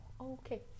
Okay